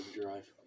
drive